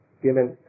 given